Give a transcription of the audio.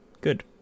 Good